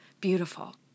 Beautiful